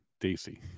Daisy